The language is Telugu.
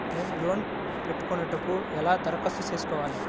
నేను లోన్ పెట్టుకొనుటకు ఎలా దరఖాస్తు చేసుకోవాలి?